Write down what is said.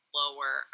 lower